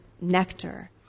nectar